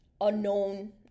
unknown